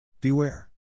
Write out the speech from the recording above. Beware